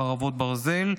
חרבות ברזל),